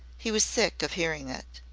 he was sick of hearing it.